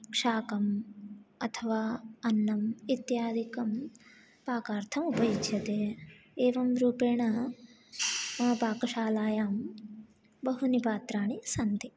शाकम् अथवा अन्नम् इत्यादिकं पाकार्थम् उपयुज्यते एवं रूपेण मम पाकशालायां बहूनि पात्राणि सन्ति